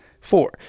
Four